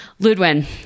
Ludwin